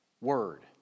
word